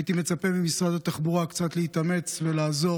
הייתי מצפה ממשרד התחבורה קצת להתאמץ ולעזור,